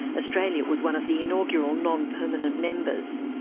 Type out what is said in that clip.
australia was one of the inaugural non-permanent members.